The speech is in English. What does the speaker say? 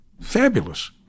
fabulous